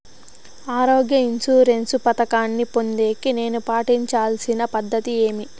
ఆరోగ్య ఇన్సూరెన్సు పథకాన్ని పొందేకి నేను పాటించాల్సిన పద్ధతి ఏమి?